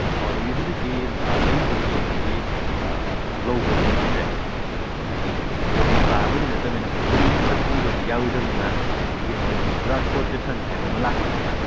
ꯑꯣ ꯑꯗꯒꯤ ꯍꯧꯖꯤꯛꯀꯤ ꯂꯩꯕꯒꯤ ꯑꯩꯈꯣꯏꯒꯤ ꯂꯧꯕ ꯈꯣꯠꯄꯁꯦ ꯍꯥꯏꯗꯤ ꯄꯣꯠ ꯃꯆꯥ ꯑꯃꯗꯤ ꯅꯠꯇꯕꯅꯤꯅ ꯀꯣꯛꯊꯣꯡ ꯑꯣꯏꯅ ꯐꯠ ꯄꯨꯕꯗꯤ ꯌꯥꯔꯣꯏꯗꯕꯅꯤꯅ ꯍꯥꯏꯗꯤ ꯑꯩꯈꯣꯏꯒꯤ ꯃꯣꯏ ꯇ꯭ꯔꯥꯟꯁꯄꯣꯔꯇꯦꯁꯟ ꯍꯥꯏꯕ ꯑꯃ ꯂꯥꯛꯀꯅꯤꯗꯅ